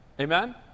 Amen